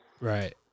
Right